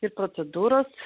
ir procedūros